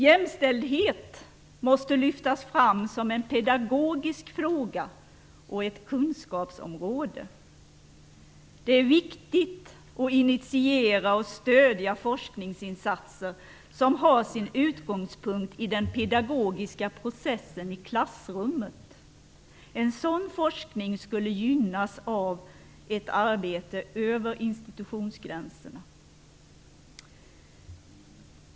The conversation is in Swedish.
Jämställdhet måste lyftas fram som en pedagogisk fråga och ett kunskapsområde. Det är viktigt att initiera och stödja forskningsinsatser som har sin utgångspunkt i den pedagogiska processen i klassrummen. En sådan forskning skulle gynnas av ett arbete över institutionsgränserna.